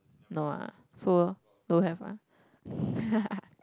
no ah so don't have ah